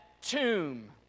tomb